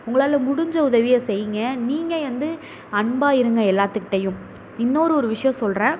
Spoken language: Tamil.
உங்களால் முடிஞ்ச உதவியை செய்யுங்க நீங்கள் வந்து அன்பாக இருங்கள் எல்லோத்துக்கிட்டயும் இன்னொரு ஒரு விஷயம் சொல்றேன்